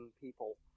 people